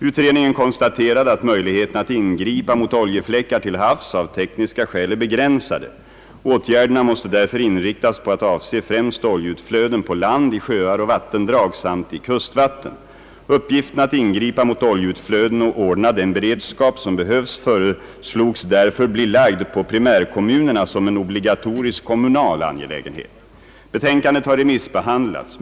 Utredningen konstaterade att möjligheterna att ingripa mot oljefläckar till havs av tekniska skäl är begränsade. Åtgärderna måste därför inriktas på att avse främst oljeutflöden på land, i sjöar och vattendrag samt i kustvatten. Uppgiften att ingripa mot oljeutflöden och ordna den beredskap som behövs föreslogs därför bli lagd på primärkommunerna som en obligatorisk kommunal angelägenhet. Betänkandet har remissbehandlats.